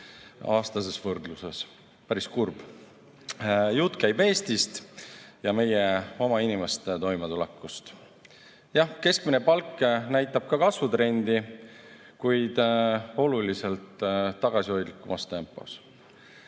aastases võrdluses. Päris kurb. Jutt käib Eestist ja meie oma inimeste toimetulekust. Jah, keskmine palk näitab kasvutrendi, kuid oluliselt tagasihoidlikumas tempos.